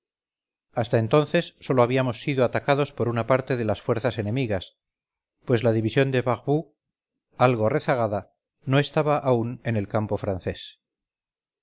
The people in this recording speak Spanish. hasta entonces sólo habíamos sido atacados por una parte de las fuerzas enemigas pues la división de barbou algo rezagada no estaba aúnen el campo francés